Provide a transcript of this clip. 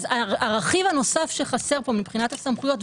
הרכיב הנוסף שחסר פה מבחינת הסמכויות,